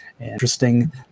Interesting